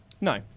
no